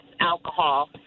alcohol